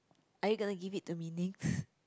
are you gonna give it to meaning